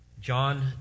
John